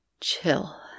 chill